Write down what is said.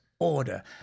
order